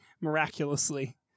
miraculously